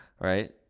right